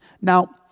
Now